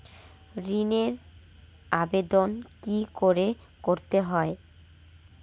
ঋণের আবেদন কি করে করতে হয়?